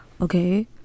okay